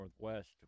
Northwest